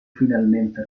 finalmente